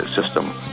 system